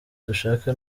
dushaka